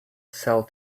sell